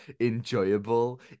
enjoyable